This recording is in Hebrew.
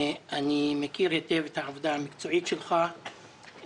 אני מכיר היטב את העבודה המקצועית שלך,